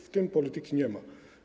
W tym polityki nie ma.